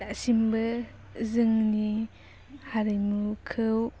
दासिमबो जोंनि हारिमुखौ